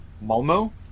Malmo